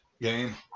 game